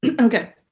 Okay